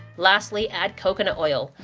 lastly, add coconut oil.